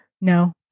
No